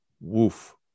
woof